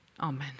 Amen